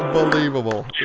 Unbelievable